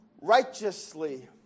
righteously